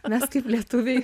mes kaip lietuviai